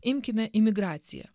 imkime imigraciją